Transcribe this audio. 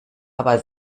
aber